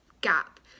gap